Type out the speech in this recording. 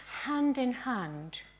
hand-in-hand